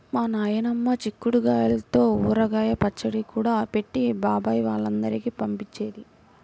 మా నాయనమ్మ చిక్కుడు గాయల్తో ఊరగాయ పచ్చడి కూడా పెట్టి బాబాయ్ వాళ్ళందరికీ పంపించేది